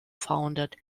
founded